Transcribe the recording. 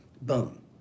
Boom